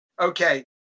Okay